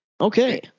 Okay